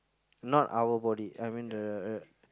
not our body I mean the